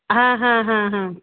হ্যাঁ হ্যাঁ হ্যাঁ হ্যাঁ